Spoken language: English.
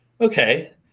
okay